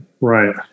Right